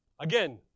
Again